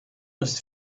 was